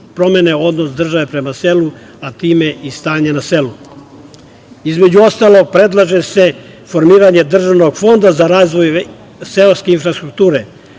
promene odnos države prema selu, a time i stanje na selu. Između ostalog, prelaže se formiranje državnog fonda za razvoj seoske infrastrukture,